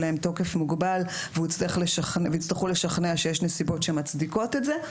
להן תוקף מוגבל ויצטרכו לשכנע שיש נסיבות שמצדיקות את זה.